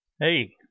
Hey